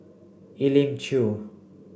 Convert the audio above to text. Elim Chew